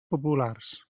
populars